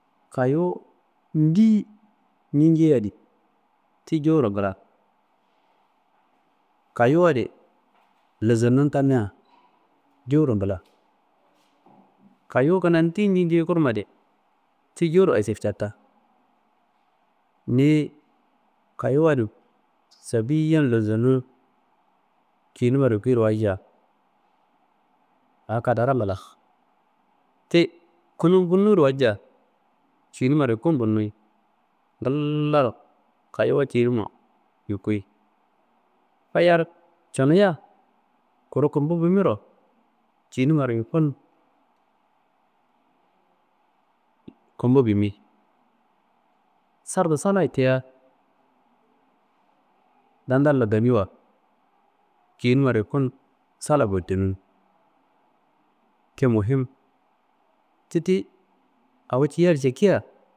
Kayowu ndiyi niinjeyiya adi ti jowuro ngilla, kaayowu adi losonnum tamia jowuro ngila. Kayowu kuna ndiyi ninceyei kurmadi ti jowuuro ašir cata, niyi kayowu adi safiyiyon losonun kiyinummaro yikirowaalca aa kadaro ngila. Ti kunum bunuwiro walca ciyinummaro yukun bunnuwi ngillaaro kayowuwa kinumma yukiyi, fayar cunuwiya kru kumbu bimiro ciyinummaro yukun kumbu bimi, sardu salaye tiya dandallo gamiwa kinummaro yukun sala bodinum ti mihim. Ti ti awo kiyaro cekiya